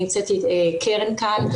נמצאת קרן כאן,